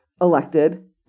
elected